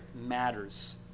matters